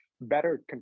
better